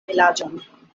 vilaĝon